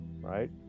right